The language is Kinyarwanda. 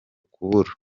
kubura